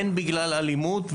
הן בגלל אלימות,